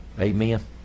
Amen